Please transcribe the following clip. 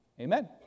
amen